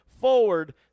forward